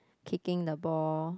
kicking the ball